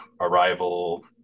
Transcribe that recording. Arrival